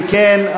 אם כן,